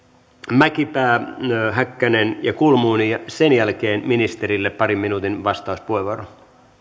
mäkipää häkkänen ja kulmuni ja sen jälkeen ministerille parin minuutin vastauspuheenvuoron